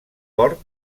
port